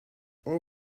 all